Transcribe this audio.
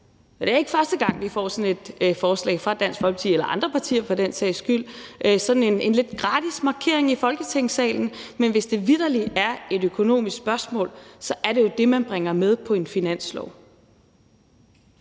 det er ikke første gang, vi får sådan et forslag fra Dansk Folkeparti eller andre partier for den sags skyld – sådan en lidt gratis markering i Folketingssalen. Men hvis det vitterlig er et økonomisk spørgsmål, er det jo noget, man bringer med på en finanslov.